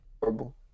Horrible